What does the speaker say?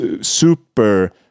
super